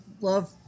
love